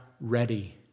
ready